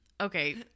Okay